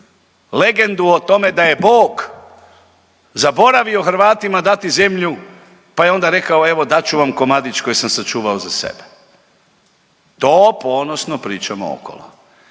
legendu o tome da je Bog zaboravio Hrvatima dati zemlju pa je onda rekao, evo, dat ću vam komadić koji sam sačuvao za sebe. To ponosno pričamo okolo,